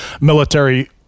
military